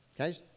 Okay